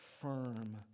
firm